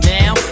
now